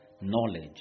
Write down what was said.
knowledge